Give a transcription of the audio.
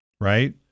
right